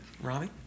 Robbie